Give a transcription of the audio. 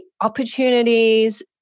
opportunities